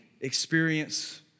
experience